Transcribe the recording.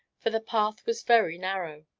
for the path was very narrow.